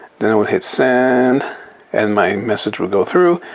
then i would hit send and my message will go through.